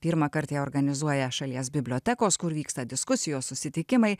pirmąkart ją organizuoja šalies bibliotekos kur vyksta diskusijos susitikimai